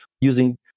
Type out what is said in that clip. using